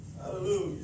Hallelujah